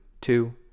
two